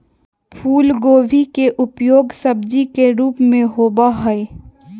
फूलगोभी के उपयोग सब्जी के रूप में होबा हई